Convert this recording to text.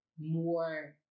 More